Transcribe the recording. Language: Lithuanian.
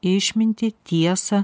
išmintį tiesą